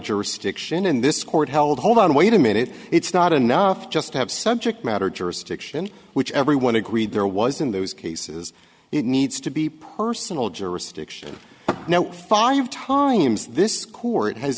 jurisdiction in this court held hold on wait a minute it's not enough just to have subject matter jurisdiction which everyone agreed there was in those cases it needs to be personal jurisdiction now five times this court has